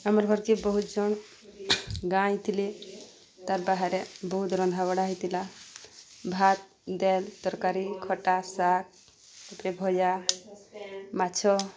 ଆମର୍ ଘର୍କେ ବହୁତ୍ ଜଣ୍ ଗାଁ ଆଇଥିଲେ ତାର୍ ବାହାରେ ବହୁତ୍ ରନ୍ଧାବଢ଼ା ହେଇଥିଲା ଭାତ୍ ଦାଏଲ୍ ତର୍କାରୀ ଖଟା ଶାଗ୍ ତାପରେ ଭଜା ମାଛ